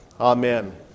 Amen